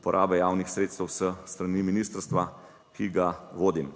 uporaba javnih sredstev s strani ministrstva, ki ga vodim.